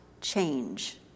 change